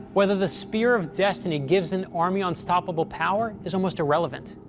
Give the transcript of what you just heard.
whether the spear of destiny gives an army unstoppable power is almost irrelevant.